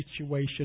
situation